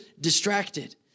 distracted